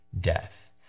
death